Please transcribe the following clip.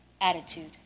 attitude